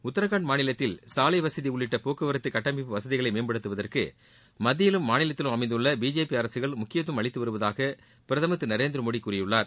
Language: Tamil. உத்தராகண்ட் மாநிலத்தில் சாலை வசதி உள்ளிட்ட போக்குவரத்து சுட்டமைப்பு வசதிகளை மேம்படுத்துவதற்கு மத்தியிலும் மாநிலத்திலும் அமைந்துள்ள பிஜேபி அரசுகள் முக்கியத்துவம் அளித்து வருவதாக பிரதமர் திரு நரேந்திரமோடி கூறியுள்ளார்